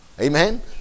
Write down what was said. Amen